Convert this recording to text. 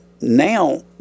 now